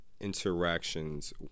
interactions